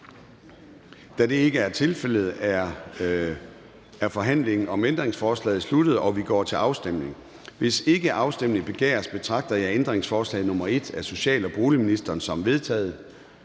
Da det ikke er tilfældet, er forhandlingen om ændringsforslaget sluttet, og vi går til afstemning. Kl. 09:03 Afstemning Formanden (Søren Gade): Hvis ikke afstemning begæres, betragter jeg ændringsforslag nr. 1 af social- og boligministeren som vedtaget.